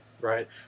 Right